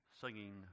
singing